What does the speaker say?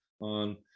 on